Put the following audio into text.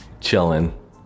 chilling